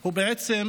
הוא בעצם